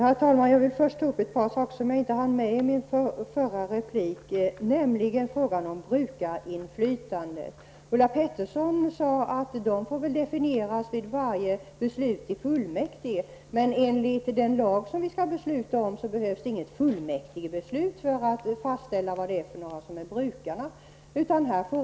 Herr talman! Jag vill först ta upp ett par saker som jag inte hann med i min förra replik. Det gäller frågan om brukarinflytande. Ulla Pettersson sade att brukarna får väl definieras vid varje beslut i fullmäktige. Men enligt den lag som vi skall besluta om behövs det inget fullmäktigebeslut för att fastställa vilka som är brukarna.